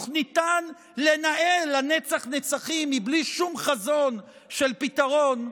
ניתן לנהל לנצח-נצחים מבלי שום חזון של פתרון,